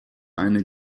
eine